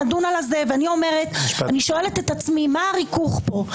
אני שואלת את עצמי מה הריכוך פה.